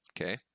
Okay